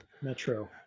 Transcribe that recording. Metro